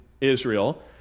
Israel